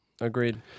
Agreed